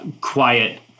quiet